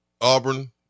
auburn